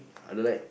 I don't like